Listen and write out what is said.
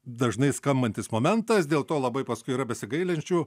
dažnai skambantis momentas dėl to labai paskui yra besigailinčių